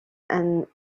and